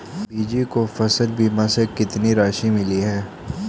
बीजू को फसल बीमा से कितनी राशि मिली है?